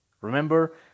remember